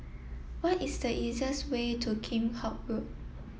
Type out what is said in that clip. what is the easiest way to Kheam Hock Road